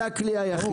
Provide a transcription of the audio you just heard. זה הכלי היחיד.